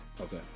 Okay